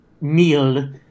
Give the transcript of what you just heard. meal